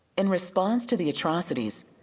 in response to the atrocityies,